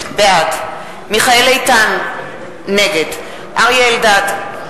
בעד מיכאל איתן, נגד אריה אלדד,